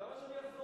למה שאני אחזור בי?